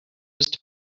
used